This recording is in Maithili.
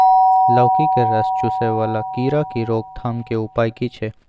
लौकी के रस चुसय वाला कीरा की रोकथाम के उपाय की छै?